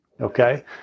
Okay